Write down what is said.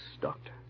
Doctor